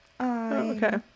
okay